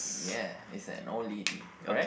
yeah it's an old lady correct